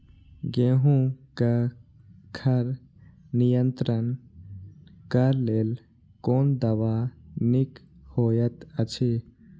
गेहूँ क खर नियंत्रण क लेल कोन दवा निक होयत अछि?